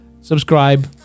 subscribe